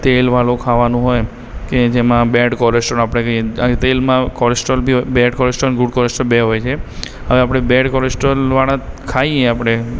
તેલવાળું ખાવાનું હોય કે જેમાં જેમાં બૅડ કોલેસ્ટ્રોલ આપણે કહીએ તેલમાં કોલેસ્ટ્રોલ હોય બેડ કોલેસ્ટ્રોલ ગૂડ કોલેસ્ટ્રોલ બે હોય છે અને આપણે બેડ કોલેસ્ટ્રોલવાળા ખાઈએ આપણે